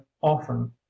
often